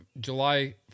July